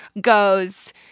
goes